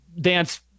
dance